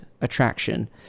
attraction